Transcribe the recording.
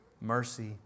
mercy